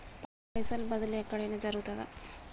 పైసల బదిలీ ఎక్కడయిన జరుగుతదా?